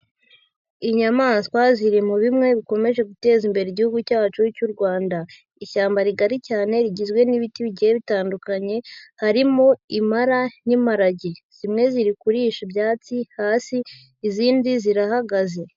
Inyamaswa ziri mu bimwe bikomeje guteza imbere igihugu cyacu cy'u Rwanda. Ishyamba rigari cyane rigizwe n'ibiti bigiye bitandukanye, harimo impara n'imparage. Zimwe ziri kurisha ibyatsi hasi, izindi zirahagaze.